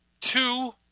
two